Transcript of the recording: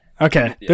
Okay